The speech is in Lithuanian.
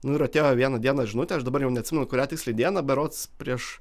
nu ir atėjo vieną dieną žinutė aš dabar jau neatsimenu kurią tiksliai dieną berods prieš